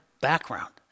background